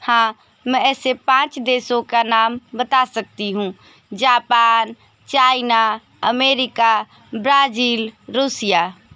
हाँ मैं ऐसे पाँच देशों का नाम बता सकती हूँ जापान अमेरिका ब्राजील रूसिया